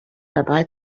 dabei